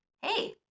hey